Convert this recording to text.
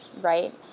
right